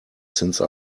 since